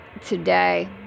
today